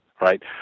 right